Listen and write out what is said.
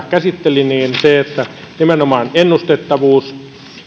käsitteli nimenomaan ennustettavuus